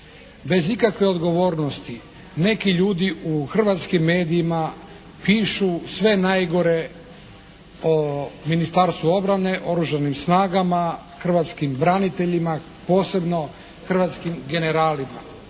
bez ikakve odgovornosti neki ljudi u hrvatskim medijima pišu sve najgore o Ministarstvu obrane, oružanim snagama, hrvatskim braniteljima, posebno hrvatskim generalima